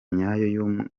nyayo